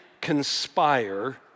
conspire